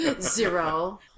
Zero